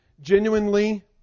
genuinely